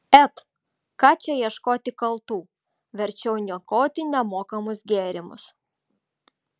et ką čia ieškoti kaltų verčiau niokoti nemokamus gėrimus